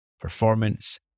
performance